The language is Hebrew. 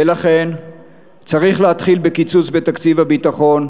ולכן צריך להתחיל בקיצוץ בתקציב הביטחון,